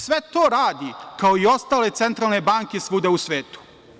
Sve to radi kao i ostale centralne banke svuda u svetu.